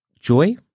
joy